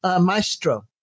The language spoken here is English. maestro